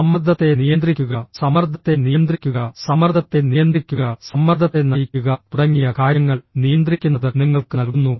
സമ്മർദ്ദത്തെ നിയന്ത്രിക്കുക സമ്മർദ്ദത്തെ നിയന്ത്രിക്കുക സമ്മർദ്ദത്തെ നിയന്ത്രിക്കുക സമ്മർദ്ദത്തെ നയിക്കുക തുടങ്ങിയ കാര്യങ്ങൾ നിയന്ത്രിക്കുന്നത് നിങ്ങൾക്ക് നൽകുന്നു